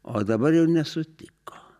o dabar jau nesutiko